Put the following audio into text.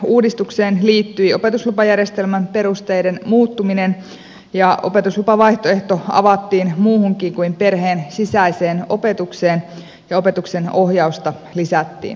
kuljettajaopetusuudistukseen liittyi opetuslupajärjestelmän perusteiden muuttuminen ja opetuslupavaihtoehto avattiin muuhunkin kuin perheen sisäiseen opetukseen ja opetuksen ohjausta lisättiin